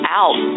out